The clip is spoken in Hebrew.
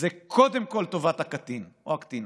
זה קודם כול טובת הקטין או הקטינה.